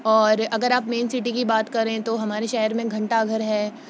اور اگر آپ مین سٹی کی بات کریں تو ہمارے شہر میں گھنٹہ گھر ہے